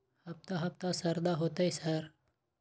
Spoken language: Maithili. हफ्ता हफ्ता शरदा होतय है सर?